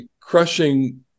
crushing